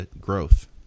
growth